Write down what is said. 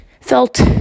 Felt